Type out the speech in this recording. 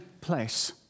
place